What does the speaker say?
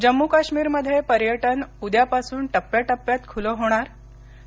जम्मू काश्मीरमध्ये पर्यटन उद्यापासून टप्प्या टप्प्यात खुलं होणार आणि